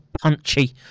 punchy